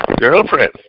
girlfriend